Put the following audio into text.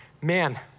man